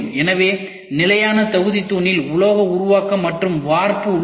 எனவே நிலையான தொகுதி தூணில் உலோக உருவாக்கம் மற்றும் வார்ப்பு உள்ளது